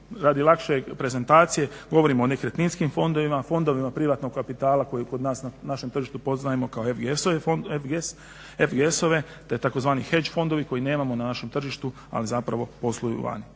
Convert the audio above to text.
radi lakše prezentacije govorimo o nekretninskim fondovima, fondovima privatnog kapitala koji je kod nas na našem tržištu poznajemo kao …/Govornik se ne razumije./… koji nemamo na našem tržištu ali zapravo posluju vani.